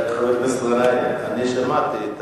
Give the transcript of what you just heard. חבר הכנסת גנאים, שמעתי את